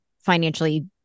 financially